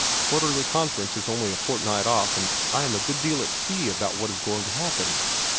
quarterly conference is only a fortnight off, and i am a good deal at sea about what is going to happen.